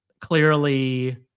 clearly